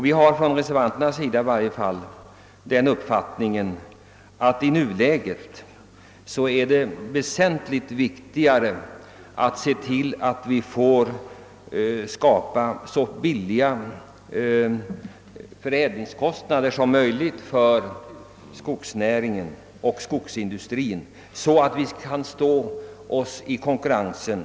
Vi reservanter har den uppfattningen, att det i nuläget är mycket väsentligt att åstadkomma så låga förädlingskostnader som möjligt för skogsindustrin, så att den kan stå sig i konkurrensen.